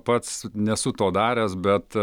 pats nesu to daręs bet